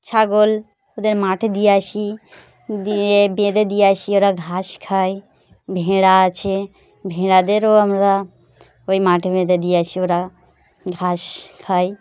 ছাগল ওদের মাঠে দিয়ে আসি দিয়ে বেঁধে দিয়ে আসি ওরা ঘাস খায় ভেড়া আছে ভেড়াদেরও আমরা ওই মাঠে বেঁধে দিয়ে আসি ওরা ঘাস খায়